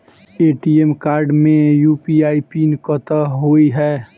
ATM card मे UPI PIN कतह होइ है?